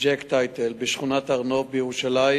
ג'ק טייטל בשכונת הר-נוף בירושלים